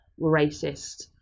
racist